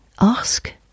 Ask